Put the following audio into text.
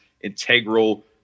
integral